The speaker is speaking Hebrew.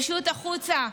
פשוט החוצה,